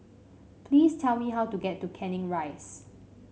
please tell me how to get to Canning Rise